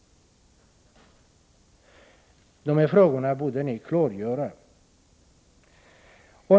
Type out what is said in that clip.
De här frågorna borde ni klargöra.